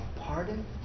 pardon